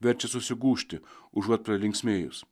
verčia susigūžti užuot pralinksmėjus